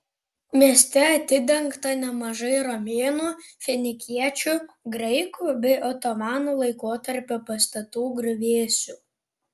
mieste atidengta nemažai romėnų finikiečių graikų bei otomanų laikotarpio pastatų griuvėsių